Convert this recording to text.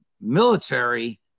military